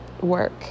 work